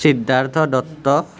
Siddharth Dutta